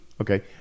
Okay